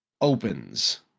opens